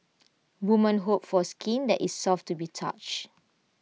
women hope for skin that is soft to be touch